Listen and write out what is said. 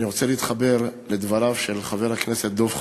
אני רוצה להתחבר לדבריו של חבר הכנסת דב חנין,